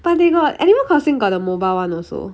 but they got animal crossing got the mobile one also